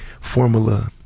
formula